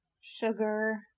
sugar